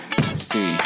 see